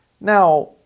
Now